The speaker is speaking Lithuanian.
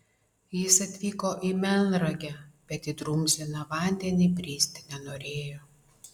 jis atvyko į melnragę bet į drumzliną vandenį bristi nenorėjo